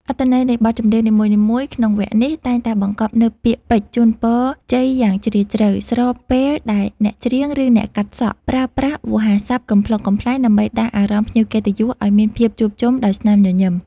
អត្ថន័យនៃបទចម្រៀងនីមួយៗក្នុងវគ្គនេះ តែងតែបង្កប់នូវពាក្យពេចន៍ជូនពរជ័យយ៉ាងជ្រាលជ្រៅ ស្របពេលដែលអ្នកច្រៀង ឬអ្នកកាត់សក់ ប្រើប្រាស់វោហារស័ព្ទកំប្លុកកំប្លែងដើម្បីដាស់អារម្មណ៍ភ្ញៀវកិត្តិយសឱ្យមានភាពជួបជុំដោយស្នាមញញឹម។